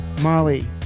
Molly